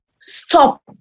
stop